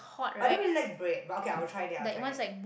but I don't really like bread but okay I'll try that I'll try that